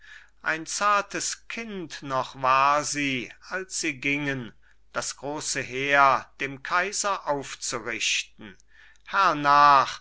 ein zartes kind noch war sie als sie gingen das große heer dem kaiser aufzurichten